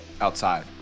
outside